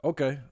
Okay